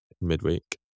midweek